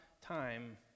time